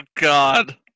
God